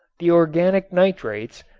the organic nitrates,